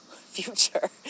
future